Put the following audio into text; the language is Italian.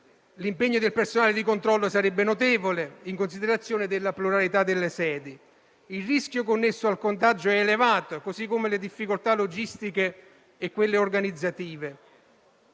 L'impegno del personale di controllo sarebbe notevole, in considerazione della pluralità delle sedi. Il rischio connesso al contagio è elevato, così come le difficoltà logistiche e organizzative: